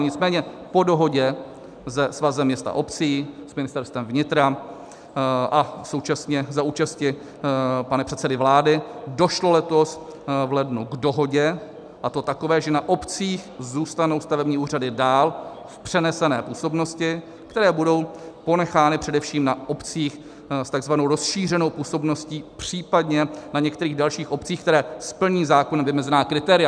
Nicméně po dohodě se Svazem měst a obcí, s Ministerstvem vnitra a současně za účasti pana předsedy vlády došlo letos v lednu k dohodě, a to takové, že na obcích zůstanou stavební úřady dál v přenesené působnosti, které budou ponechány především na obcích s takzvanou rozšířenou působností, případně na některých dalších obcích, které splní zákonem vymezená kritéria.